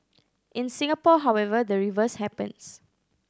in Singapore however the reverse happens